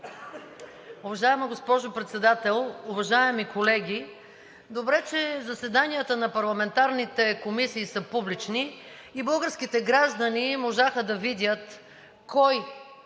Уважаема госпожо Председател, уважаеми колеги! Добре, че заседанията на парламентарните комисии са публични и българските граждани можаха да видят кой